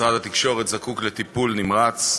משרד התקשורת זקוק לטיפול נמרץ: